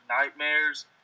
nightmares